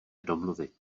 domluvit